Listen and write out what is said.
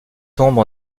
tombe